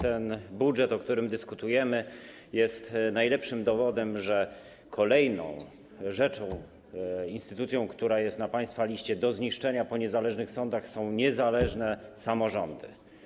Ten budżet, o którym dyskutujemy, jest najlepszym dowodem, że kolejną instytucją, która jest na państwa liście do zniszczenia po niezależnych sądach, są niezależne samorządy.